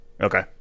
Okay